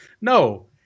No